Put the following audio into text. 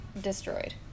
destroyed